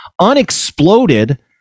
unexploded